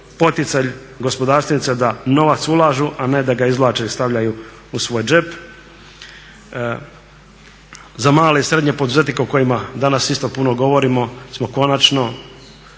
poticaj gospodarstvenika da novac ulažu a ne da ga izvlače i stavljaju u svoj džep. Za male i srednje poduzetnike o kojima danas isto puno govorimo smo konačno